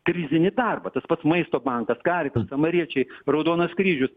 prizinį darbą tas pat maisto bankas karitas samariečiai raudonas kryžius